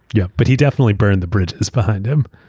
yeah, but he definitely burned the bridges behind him.